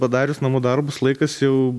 padarius namų darbus laikas jau